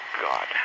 God